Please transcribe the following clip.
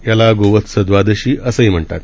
यास गोवत्स दवादशी असेही म्हणतात